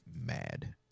mad